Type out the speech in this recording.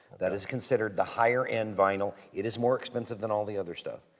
that is considered the higher end vinyl. it is more expensive than all the other stuff,